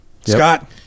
Scott